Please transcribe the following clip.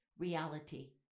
Reality